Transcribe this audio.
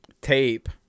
tape